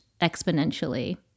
exponentially